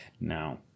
No